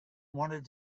wanted